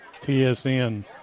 TSN